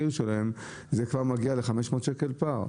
זה כבר מגיע ל-500 שקל פער?